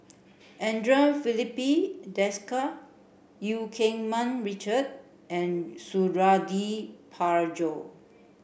Andre Filipe Desker Eu Keng Mun Richard and Suradi Parjo